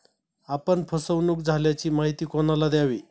आपण फसवणुक झाल्याची माहिती कोणाला द्यावी?